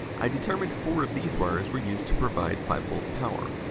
i determined four of these wires were used to provide five v power.